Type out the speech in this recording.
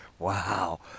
Wow